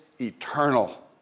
eternal